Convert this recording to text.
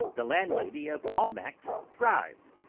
the landlady of almack's thrives!